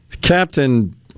Captain